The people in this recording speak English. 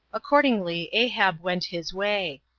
accordingly ahab went his way.